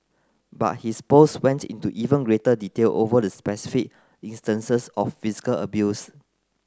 but his post went into even greater detail over the specific instances of physical abuse